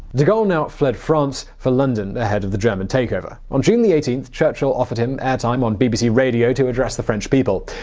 de gaulle now fled france for london ahead of the german take-over. on june eighteenth, churchill offered him air time on bbc radio to address the french people.